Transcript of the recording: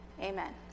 Amen